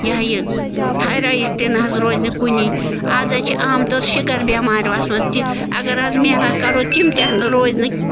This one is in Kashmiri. یہِ ہا یہِ تھایرایِڈ تہِ نہٕ حظ روزِ نہٕ کُنی آز حظ چھِ عام طور شُگَر بٮ۪مارِ وَژھمَژٕ تہِ اگر حظ محنت کَرو تِم تہِ ہنہٕ روزِ نہٕ